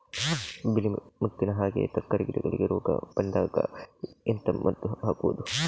ಬಿಳಿ ಮುತ್ತಿನ ಹಾಗೆ ತರ್ಕಾರಿ ಗಿಡದಲ್ಲಿ ರೋಗ ಬಂದಾಗ ಎಂತ ಮದ್ದು ಹಾಕುವುದು?